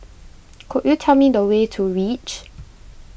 could you tell me the way to Reach